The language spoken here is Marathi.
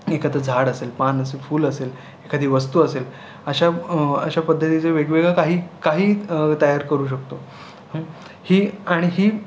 एखादं झाड असेल पान असेल फूल असेल एखादी वस्तू असेल अशा अशा पद्धतीचे वेगवेगळं काही काही तयार करू शकतो ही आणि ही